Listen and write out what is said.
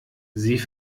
sie